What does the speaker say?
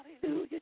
Hallelujah